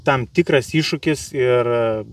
tam tikras iššūkis ir